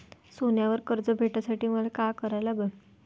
सोन्यावर कर्ज भेटासाठी मले का करा लागन?